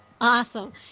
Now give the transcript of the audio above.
Awesome